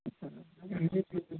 हम्म